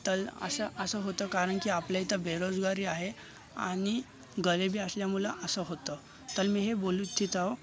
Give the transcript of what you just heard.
तर असं असं होतं कारण की आपल्या इथं बेरोजगारी आहे आणि गरिबी असल्यामुळं असं होतं तर मी हे बोलू इच्छित आहे